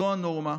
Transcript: זו הנורמה.